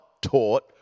taught